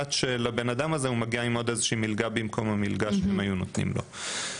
לדעת שבן האדם הזה הוא מגיע עם עוד מלגה במקום המלגה שהיו נותנים לו.